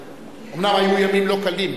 אומנם היו ימים לא קלים,